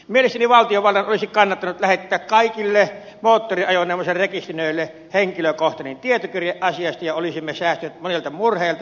mielestäni valtiovallan olisi kannattanut lähettää kaikille moottoriajoneuvonsa rekisteröineille henkilökohtainen tietokirje asiasta ja olisimme säästyneet monilta murheilta